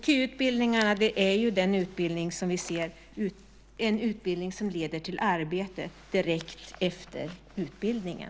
KY är ju som vi sett en utbildning som leder till arbete direkt efter utbildningen.